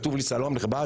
היה כתוב: צלם נכבד,